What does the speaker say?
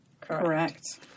Correct